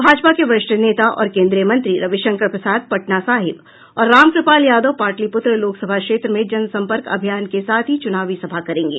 भाजपा के वरिष्ठ नेता और केन्द्रीय मंत्री रविशंकर प्रसाद पटना साहिब और रामकृपाल यादव पाटलिपुत्र लोकसभा क्षेत्र में जनसंपर्क अभियान के साथ ही चुनावी सभा करेंगे